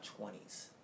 20s